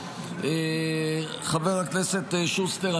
חבר הכנסת שוסטר,